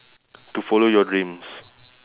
to follow your dreams